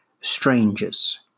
strangers